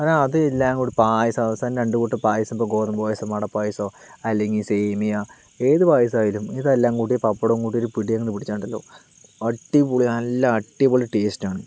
അങ്ങനെ അത് എല്ലാം കൂടി പായസം അവസാനം രണ്ടു കൂട്ടം പായസം ഇപ്പോൾ ഗോതമ്പ് പായസമോ അടപ്പായസമോ അല്ലെങ്കില് സേമിയ ഏതു പായസം ആയാലും ഇത് എല്ലാം കൂടി പപ്പടവും കൂട്ടി ഒരു പിടി അങ്ങോട്ട് പിടിച്ചാല് ഉണ്ടല്ലോ അടിപൊളി നല്ല അടിപൊളി ടേസ്റ്റ് ആണ്